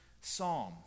Psalm